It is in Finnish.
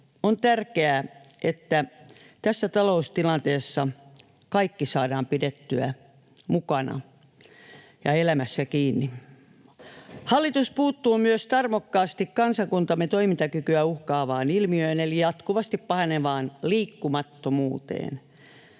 On tärkeää, että tässä taloustilanteessa kaikki saadaan pidettyä mukana ja elämässä kiinni. Hallitus puuttuu tarmokkaasti myös kansakuntamme toimintakykyä uhkaavaan ilmiöön eli jatkuvasti pahenevaan liikkumattomuuteen.